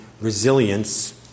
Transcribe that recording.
Resilience